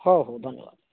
ହଉ ହଉ ଧନ୍ୟବାଦ